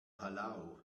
palau